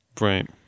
Right